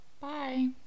Bye